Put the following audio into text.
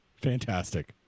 Fantastic